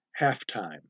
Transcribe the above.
Halftime